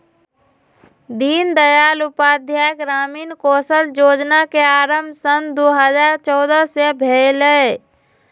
दीनदयाल उपाध्याय ग्रामीण कौशल जोजना के आरम्भ सन दू हज़ार चउदअ से भेलइ